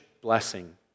blessing